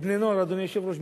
ואדוני היושב-ראש,